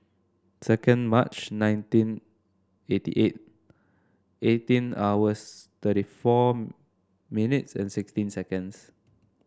second March nineteen eighty eight eighteen hours thirty four minutes and sixteen seconds